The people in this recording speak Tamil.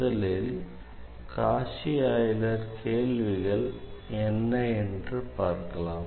முதலில் காஷி ஆய்லர் கேள்விகள் என்ன என்று பார்க்கலாம்